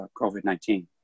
COVID-19